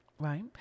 Right